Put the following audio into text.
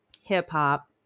hip-hop